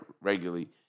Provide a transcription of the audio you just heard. regularly